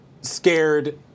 scared